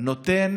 נותן